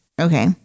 Okay